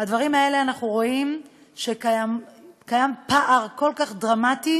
בדברים האלה אנחנו רואים שקיים פער כל כך דרמטי,